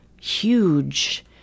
huge